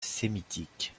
sémitique